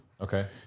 Okay